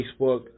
Facebook